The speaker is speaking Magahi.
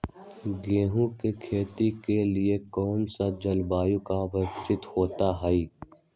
गेंहू की खेती के लिए कौन सी जलवायु की आवश्यकता होती है?